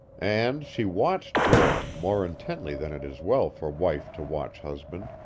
and she watched joel more intently than it is well for wife to watch husband,